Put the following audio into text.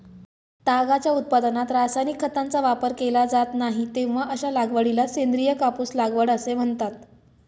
तागाच्या उत्पादनात रासायनिक खतांचा वापर केला जात नाही, तेव्हा अशा लागवडीला सेंद्रिय कापूस लागवड असे म्हणतात